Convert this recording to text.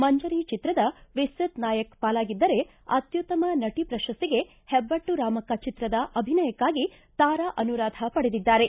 ಮಂಜರಿ ಚಿತ್ರದ ವಿಸೃತ್ ನಾಯ್ಕ ಪಾಲಾಗಿದ್ದರೆ ಅತ್ಯುತ್ತಮ ನಟ ಪ್ರಶಸ್ತಿಗೆ ಹೆಬ್ಬಟ್ಟು ರಾಮಕ್ಕ ಚಿತ್ರದ ಅಭಿನಯಕ್ಕಾಗಿ ತಾರಾ ಅನುರಾಧಾ ಪಡೆದಿದ್ದಾರೆ